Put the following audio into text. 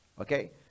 Okay